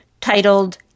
titled